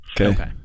Okay